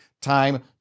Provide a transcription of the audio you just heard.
time